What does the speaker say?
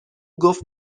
گفت